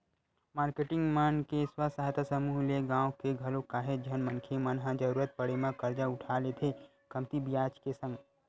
marketing मन के स्व सहायता समूह ले गाँव के घलोक काहेच झन मनखे मन ह जरुरत पड़े म करजा उठा लेथे कमती बियाज के संग